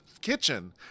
kitchen